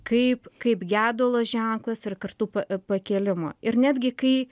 kaip kaip gedulo ženklas ir kartu pa pakėlimo ir netgi kai